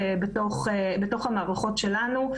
בתוך המערכות שלנו.